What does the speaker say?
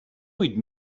huit